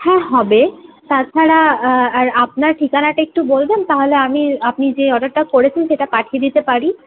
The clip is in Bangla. হ্যাঁ হবে তাছাড়া আর আপনার ঠিকানাটা একটু বলবেন তাহলে আমি আপনি যে অর্ডারটা করেছেন সেটা পাঠিয়ে দিতে পারি